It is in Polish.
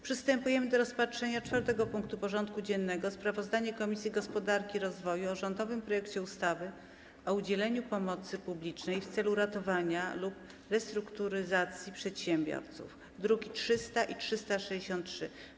Przystępujemy do rozpatrzenia punktu 4. porządku dziennego: Sprawozdanie Komisji Gospodarki i Rozwoju o rządowym projekcie ustawy o udzielaniu pomocy publicznej w celu ratowania lub restrukturyzacji przedsiębiorców (druki nr 300 i 363)